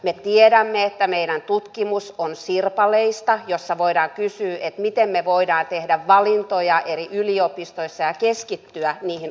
me tiedämme että meidän tutkimus on sirpaleista ja voimme kysyä miten me voimme tehdä valintoja eri yliopistoissa ja keskittyä niihin omiin valintoihin